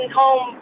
home